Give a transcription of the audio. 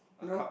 no